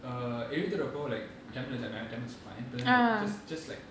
err எழுதுறப்போ:eludhurappo like tamil is like my tamil is fine tell them like just just like